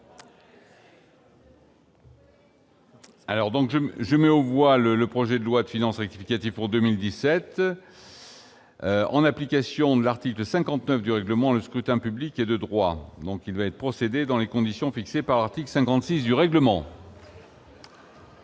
je je mets, on voit le le projet de loi de finances rectificative pour 2017. En application de l'article 59 du règlement, le scrutin public et de droit, donc il va être procédé dans les conditions fixées par article 56 du règlement. Le